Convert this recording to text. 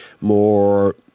more